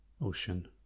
ocean